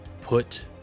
Put